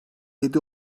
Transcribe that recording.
yedi